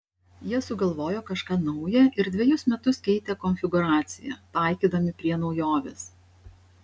jie sugalvojo kažką nauja ir dvejus metus keitė konfigūraciją taikydami prie naujovės